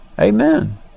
Amen